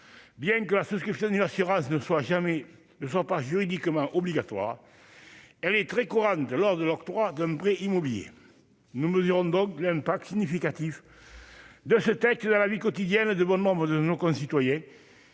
ce que faisait assurance ne soit jamais ne faut pas juridiquement obligatoire, elle est très courant lors de l'octroi d'un prêt immobilier, nous dirons donc l'impact significatif de ce texte dans la vie quotidienne de bon nombre de nos concitoyens,